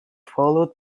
followed